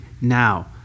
now